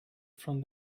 from